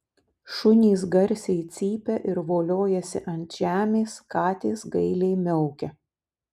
šunys garsiai cypia ir voliojasi ant žemės katės gailiai miaukia